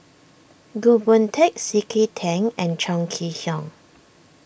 Goh Boon Teck C K Tang and Chong Kee Hiong